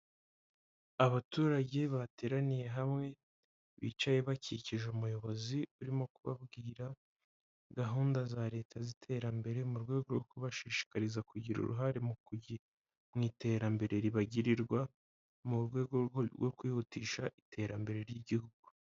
Abaturage bateraniye hamwe, bicaye bakikije umuyobozi urimo kubabwira gahunda za leta z'iterambere mu rwego rwo kubashishikariza kugira uruhare mu iterambere ribagirirwa, mu rwego rwo kwihutisha iterambere ry'igihugu.